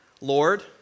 Lord